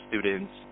students